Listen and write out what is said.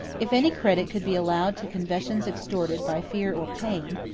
if any credit could be allowed to confessions extorted by fear or pain,